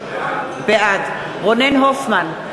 בעד רונן הופמן,